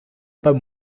pas